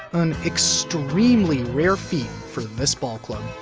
an extremely rare feet for this ball club.